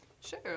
Sure